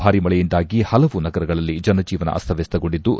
ಭಾರಿ ಮಳೆಯಿಂದಾಗಿ ಹಲವು ನಗರಗಳಲ್ಲಿ ಜನಜೀವನ ಅಸ್ತವ್ಯಸ್ತಗೊಂಡಿದ್ದು